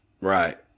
Right